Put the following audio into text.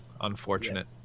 unfortunate